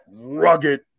rugged